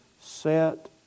set